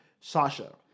Sasha